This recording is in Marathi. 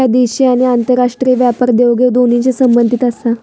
ह्या देशी आणि आंतरराष्ट्रीय व्यापार देवघेव दोन्हींशी संबंधित आसा